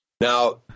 Now